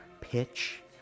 pitch